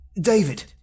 David